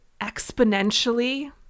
exponentially